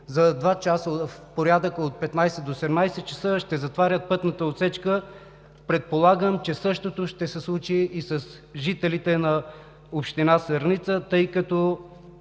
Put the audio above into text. за два часа – в порядъка от 15 до 17 ч., ще затварят пътната отсечка. Предполагам, че същото ще се случи и с жителите на община Сърница, тъй като